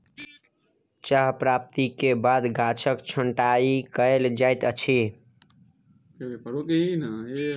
चाह प्राप्ति के बाद गाछक छंटाई कयल जाइत अछि